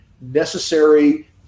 necessary